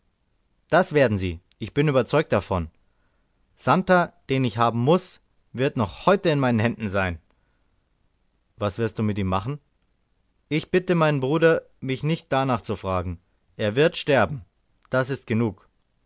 das werden sie ich bin überzeugt davon santer den ich haben muß wird noch heut in meinen händen sein was wirst du mit ihm machen ich bitte meinen bruder mich nicht danach zu fragen er wird sterben das ist genug